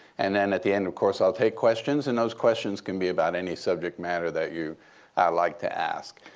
and then at the end, of course, i'll take questions. and those questions can be about any subject matter that you like to ask.